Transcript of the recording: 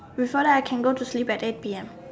before that I can go to sleep at eight P_M